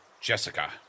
Jessica